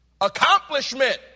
Accomplishment